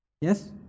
yes